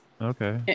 Okay